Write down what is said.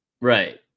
right